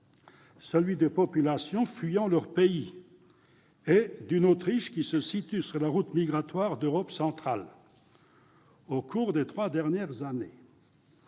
celui de populations fuyant leur pays et d'une Autriche qui se situe sur la route migratoire de l'Europe centrale. Au cours des trois dernières années,